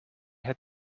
had